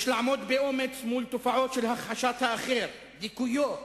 יש לעמוד באומץ מול תופעות של הכחשת האחר, דיכויו,